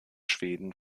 schweden